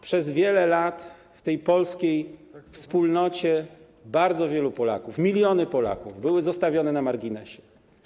Przez wiele lat w tej polskiej wspólnocie bardzo wielu Polaków, miliony Polaków, było zostawionych na marginesie.